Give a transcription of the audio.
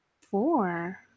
Four